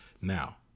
Now